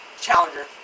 Challenger